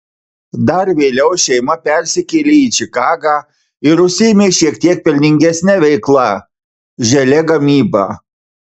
dar vėliau šeima persikėlė į čikagą ir užsiėmė šiek tiek pelningesne veikla želė gamyba